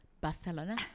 Barcelona